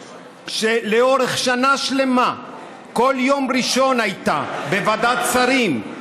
לאורך שנה שלמה כל יום ראשון הייתה בוועדת שרים,